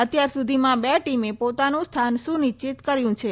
અત્યાર સુધીમાં બે ટીમે પોતાનું સ્થાન સુનિશ્ચિત કર્યું છે